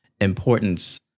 importance